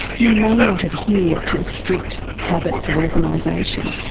you may not adhere to strict habits of organisation.